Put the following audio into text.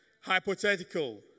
Hypothetical